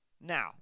Now